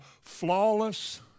flawless